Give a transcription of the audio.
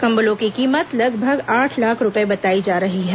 कम्बलों की कीमत लगभग आठ लाख रूपए बताई जा रही है